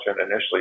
initially